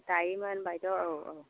दायोमोन बायद' औ औ